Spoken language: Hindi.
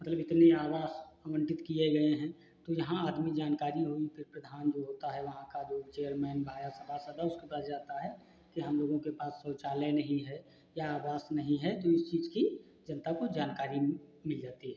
मतलब इतने आवास अबंटित किए गए हैं तो यहाँ आदमी जानकारी हुई फ़िर प्रधान जो होता है वहाँ का जो चेयरमैन भा या सभा सदस्य उसके पास जाता है कि हम लोगों के पास शौचालय नहीं है या आवास नहीं है तो इस चीज़ की जनता को जानकारी मिल जाती है